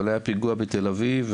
אבל היה פיגוע בתל אביב,